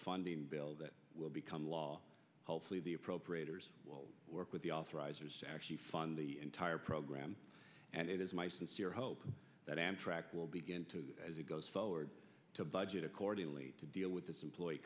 funding bill that will become law hopefully the appropriators will work with the authorizer fund the entire program and it is my sincere hope that amtrak will begin to as it goes forward to budget accordingly to deal with this employee